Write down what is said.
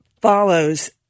follows